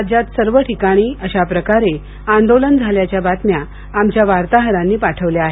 राज्यात सर्व ठिकाणी अशा प्रकारे आंदोलन झाल्याच्या बातम्या आमच्या वार्ताहरांनी पाठवल्या आहेत